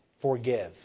Forgive